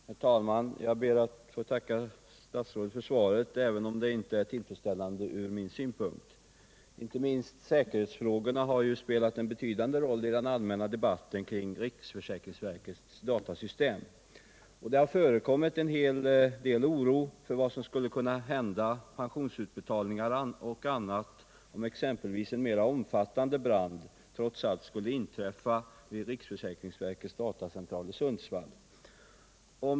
Herr talman! Jag ber att få tacka statsrådet för svaret, även om det inte är tillfredsställande från min synpunkt. Inte minst säkerhetsfrågorna har ju spelat en betydande roll i den allmänna debatten om riksförsäkringsverkets datasystem. Det har förekommit en hel del oro för vad som skulle kunna hända i samband med pensionsutbetalningar och annat, om exempelvis en mera omfattande brand trots allt skulle inträffa vid riksförsäkringsverkets datacentral i Sundsvall.